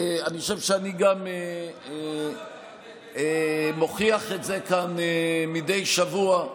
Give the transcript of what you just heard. אני חושב שאני גם מוכיח את זה כאן מדי שבוע,